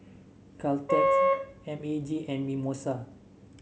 Caltex M A G and Mimosa